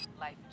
life